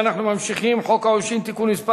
(תיקון מס'